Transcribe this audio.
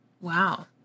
Wow